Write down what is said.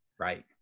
Right